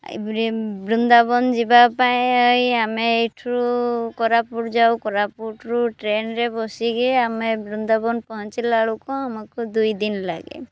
ଏ ବୃନ୍ଦାବନ ଯିବା ପାଇଁ ଏଇ ଆମେ ଏଇଠୁ କୋରାପୁଟ ଯାଉ କୋରାପୁଟରୁ ଟ୍ରେନ୍ରେ ବସିକି ଆମେ ବୃନ୍ଦାବନ ପହଞ୍ଚିଲା ବେଳକୁ ଆମକୁ ଦୁଇ ଦିନ ଲାଗେ